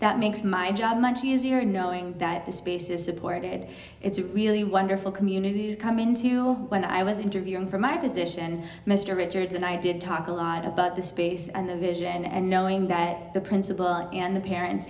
that makes my job much easier knowing that the space is supported it's a really wonderful community to come into when i was interviewing for my position mr richards and i did talk a lot about the space and the vision and knowing that the principal and the parents